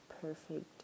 perfect